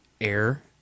air